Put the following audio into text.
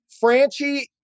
Franchi